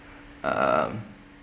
um